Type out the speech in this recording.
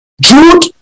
Jude